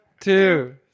two